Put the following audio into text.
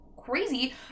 Crazy